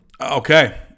Okay